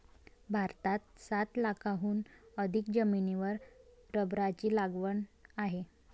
भारतात सात लाखांहून अधिक जमिनीवर रबराची लागवड आहे